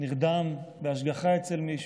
נרדם בהשגחה אצל מישהו,